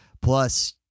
Plus